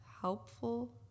helpful